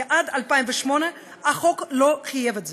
עד 2008 החוק לא חייב את זה,